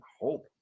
hope